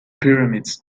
pyramids